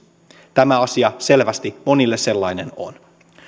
tämä asia selvästi monille sellainen on